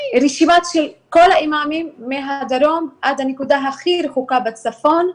רשימה של כל האימאמים מהדרום עד הנקודה הכי רחוקה בצפון,